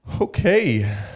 okay